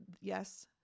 yes